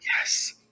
Yes